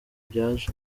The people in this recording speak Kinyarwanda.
byaje